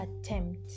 attempt